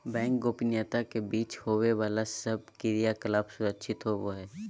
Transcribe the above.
bank गोपनीयता के बीच होवे बाला सब क्रियाकलाप सुरक्षित होवो हइ